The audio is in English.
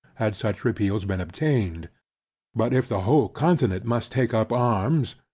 had such repeals been obtained but if the whole continent must take up arms,